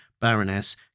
Baroness